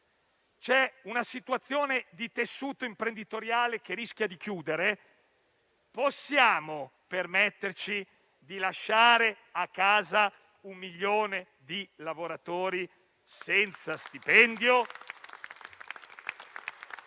mi riferisco - e del tessuto imprenditoriale che rischia di chiudere. Possiamo permetterci di lasciare a casa un milione di lavoratori senza stipendio?